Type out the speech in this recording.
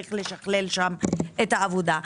וצריך לשכלל שם את העבודה.